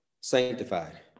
sanctified